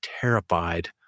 terrified